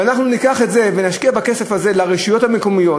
ואנחנו ניקח את זה ונשקיע את הכסף הזה ברשויות המקומיות,